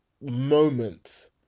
moment